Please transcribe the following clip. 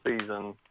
season